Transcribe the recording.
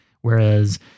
whereas